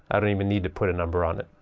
i don't even need to put a number on it,